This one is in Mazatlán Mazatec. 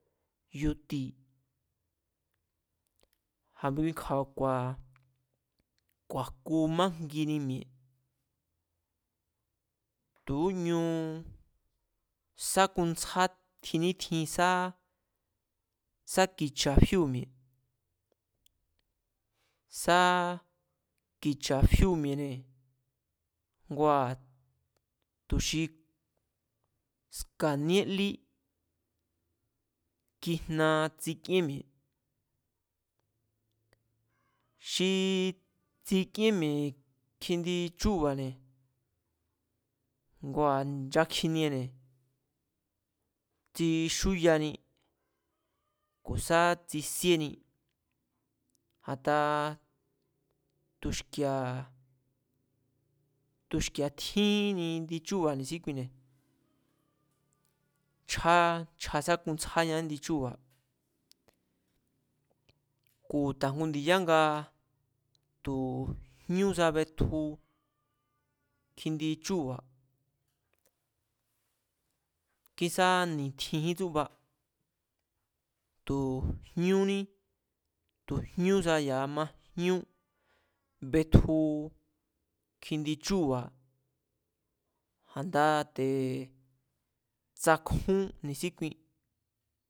Yu̱ti̱, a̱kukju̱a̱ ku̱a̱jku majngini mi̱e̱, tu̱úñu sákuntsjá, tjin nítjin sá sá ki̱cha̱ fíu̱ mi̱e̱, sá ki̱cha̱ fíu̱ mi̱e̱ne̱ ngua̱ tu̱ xi ska̱níe lí kijna tsikíén mi̱e̱. Xii tsikíén mi̱e̱ kjindi chúu̱ba̱ne̱, ngua̱ nchakjiniene̱ tsixúyani, ku̱ sá tsisíéni, a̱taa tu̱xki̱e̱a̱, tu̱xki̱e̱a̱ tjíni indi chúu̱ba̱ ni̱síkuine̱, nchjáá, nchja sakuntsjánia kjíndi chúu̱ba̱, ku̱ ta̱jngi ndi̱ya nga tu̱ jñusa betju kjindi chúu̱ba̱, kísa ni̱tjinjín tsúba̱ tu̱ jñúní, tu̱ jñúsa ya̱a majñú betju kjindi chúu̱ba̱. Ja̱nda te̱ tsakjún ni̱síkui